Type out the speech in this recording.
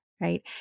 right